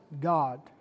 God